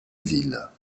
ville